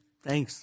Thanks